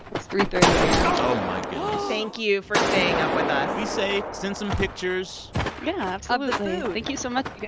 it's three thirty a m oh, my goodness thank you for staying up with us be safe. send some pictures yeah, absolutely. of the food thank you so much, you